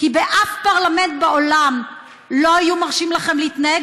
כי באף פרלמנט בעולם לא היו מרשים לכם להתנהג